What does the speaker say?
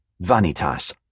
Vanitas